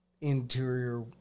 interior